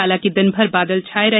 हालांकि दिनभर बादल छाये रहे